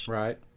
right